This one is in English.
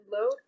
load